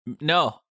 No